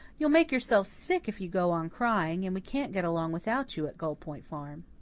you'll make yourself sick if you go on crying, and we can't get along without you at gull point farm.